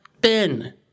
Ben